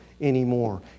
anymore